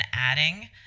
adding